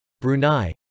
Brunei